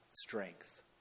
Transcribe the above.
Strength